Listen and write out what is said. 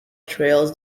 trails